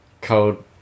code